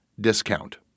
discount